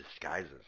disguises